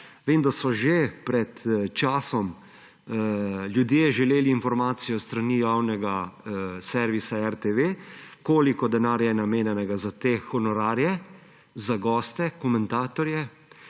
Vem, da so že pred časom ljudje želeli informacijo s strani javnega servisa RTV, koliko denarja je namenjenega za te honorarje, za goste komentatorje.